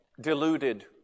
deluded